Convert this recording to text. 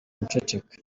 guceceka